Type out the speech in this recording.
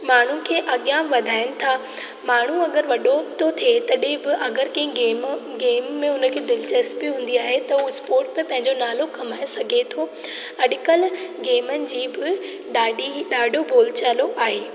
माण्हू खे अॻियां वधाइनि था माण्हू अगरि वॾो थो थिए तॾहिं बि अगरि कंहिं गेम गेम में उन खे दिलिचस्पी हूंदी आहे त उहे स्पोट्स में पंहिंजो नालो कमाए सघे थो अॼुकल्ह गेमनि जी बि ॾाढी ई ॾाढो बोलचाल आहे